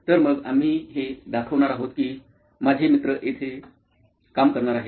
तर मग आम्ही हे दाखवणार आहोत की माझे मित्र येथे काम करणार आहेत